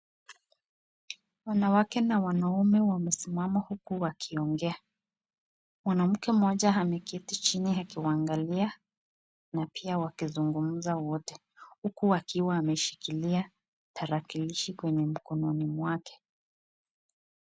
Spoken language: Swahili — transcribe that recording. Wanawake na wanaume wamesimama huku wakiongea, mwanamke mmoja ameketi chini akimwangalia na pia wakizungumza wote, huku akiwa ameshikilia tarakilishi kwenye mkononi mwake.